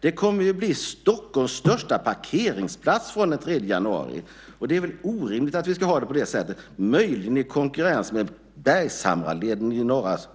Den kommer att bli Stockholms största parkeringsplats från och med den 3 januari, möjligen i konkurrens med Bergshamraleden i norra Solna.